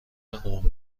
قوم